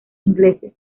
ingleses